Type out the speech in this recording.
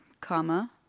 comma